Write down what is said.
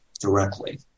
directly